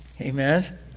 Amen